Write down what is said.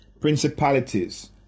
Principalities